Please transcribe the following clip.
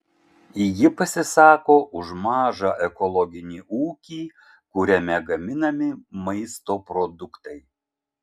ji pasisako už mažą ekologinį ūkį kuriame gaminami maisto produktai